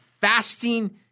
fasting